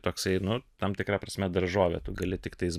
toksai nu tam tikra prasme daržovė tu gali tiktais